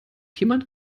jemand